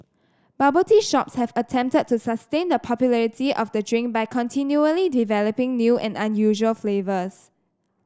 bubble tea shops have attempted to sustain the popularity of the drink by continually developing new and unusual flavours